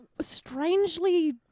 strangely